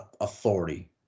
authority